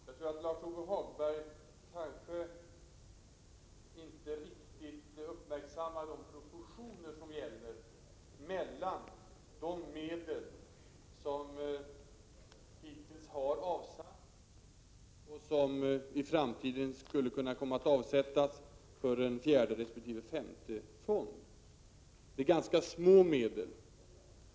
Fru talman! Jag tycker att Lars-Ove Hagberg inte riktigt uppmärksammar de proportioner som gäller mellan de medel som hittills har avsatts och som i framtiden skulle kunna komma att avsättas för en fjärde resp. femte fond. Det är ganska små belopp.